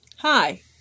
Hi